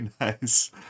nice